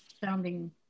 sounding